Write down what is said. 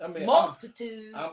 multitude